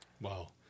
Wow